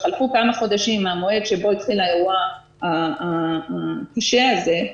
וחלפו כמה חודשים מהמועד שבו התחיל האירוע הקשה הזה,